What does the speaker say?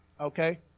okay